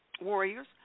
Warriors